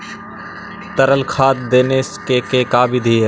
तरल खाद देने के का बिधि है?